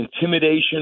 intimidation